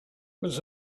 was